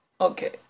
okay